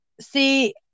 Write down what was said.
See